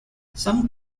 some